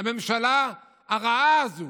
הממשלה הרעה הזאת,